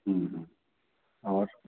और